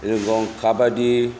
जेरेखम खाबादि